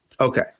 Okay